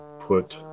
put